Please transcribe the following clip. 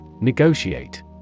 Negotiate